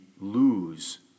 lose